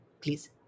please